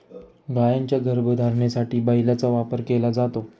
गायींच्या गर्भधारणेसाठी बैलाचा वापर केला जातो